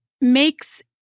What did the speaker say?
makes